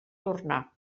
tornar